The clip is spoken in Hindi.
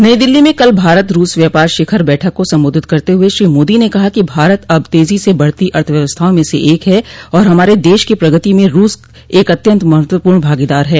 नई दिल्ली में कल भारत रूस व्यापार शिखर बैठक को संबोधित करते हुए श्री मोदी ने कहा कि भारत अब तेजी से बढ़ती अर्थव्यवस्थाओं में से एक है और हमारे दश की प्रगति में रूस एक अत्यन्त महत्वपूर्ण भागीदार है